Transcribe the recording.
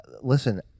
listen